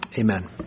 amen